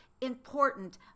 important